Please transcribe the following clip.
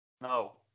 no